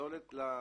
הפסולת למחזור,